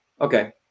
Okay